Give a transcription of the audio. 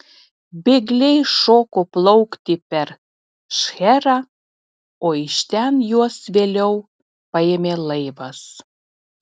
bėgliai šoko plaukti per šcherą o iš ten juos vėliau paėmė laivas